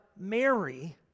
Mary